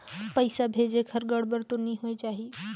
पइसा भेजेक हर गड़बड़ तो नि होए जाही?